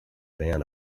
ban